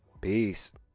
peace